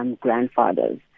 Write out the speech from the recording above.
grandfathers